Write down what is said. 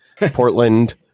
Portland